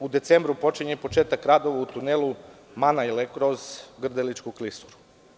U decembru počinje i početak radova u tunelu Manajle kroz Grdeličku klisuru.